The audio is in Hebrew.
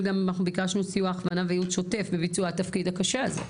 ביקשנו סיוע הכוונה וייעוץ שוטף בביצוע התפקיד הקשה זה.